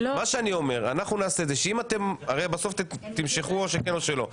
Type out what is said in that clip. הרי בסוף או שתמשכו או שלא.